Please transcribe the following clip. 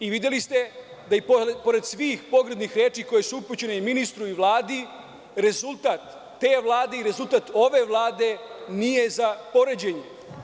Videli ste da i pored svih pogrdnih reči koje su upućene i ministru i Vladi, rezultat te Vlade i rezultat ove Vlade nije za poređenje.